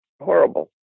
horrible